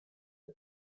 der